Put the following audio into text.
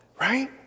right